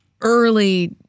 early